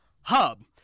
hub